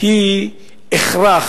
היא הכרח.